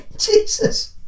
Jesus